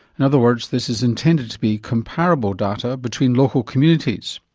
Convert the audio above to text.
in other words, this is intended to be comparable data between local communities.